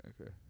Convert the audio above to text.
okay